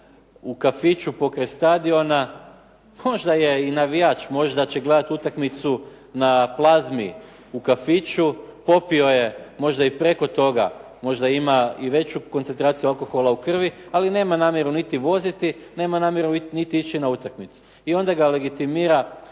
u kafiću pokraj stadiona, možda je i navijač, možda će gledati utakmicu na Plazmi u kafiću, popio je i preko toga, možda ima i veću koncentraciju alkohola u krvi, ali nema namjeru niti voziti, nema namjeru niti ići na utakmicu. I onda ga legitimira